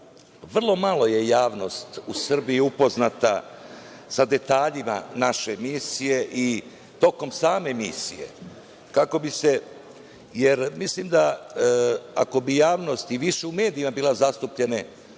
vrlo malo je javnost u Srbiji upoznata sa detaljima naše misije i tokom same misije. Mislim da, ako bi javnost i više u medijima bile zastupljene